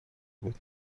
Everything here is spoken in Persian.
بود